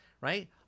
right